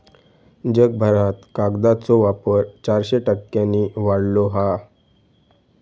जगभरात कागदाचो वापर चारशे टक्क्यांनी वाढलो हा